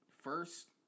first